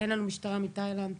אין לנו משטרה מתאילנד.